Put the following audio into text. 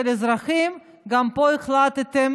לאזרחים, גם פה החלטתם